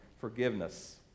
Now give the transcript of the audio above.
forgiveness